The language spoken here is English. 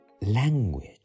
Language